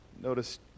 Notice